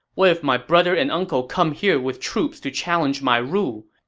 what if my brother and uncle come here with troops to challenge my rule?